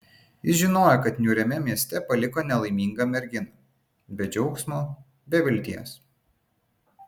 jis žinojo kad niūriame mieste paliko nelaimingą merginą be džiaugsmo be vilties